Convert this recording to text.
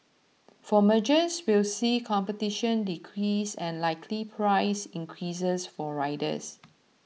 for mergers will see competition decrease and likely price increases for riders